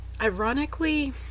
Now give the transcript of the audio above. ironically